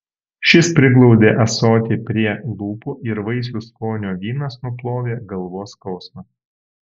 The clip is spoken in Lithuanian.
šis priglaudė ąsotį prie lūpų ir vaisių skonio vynas nuplovė galvos skausmą